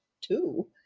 two